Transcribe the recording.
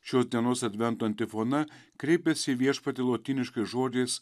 šios dienos advento antifona kreipiasi į viešpatį lotyniškais žodžiais